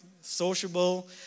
sociable